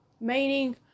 meaning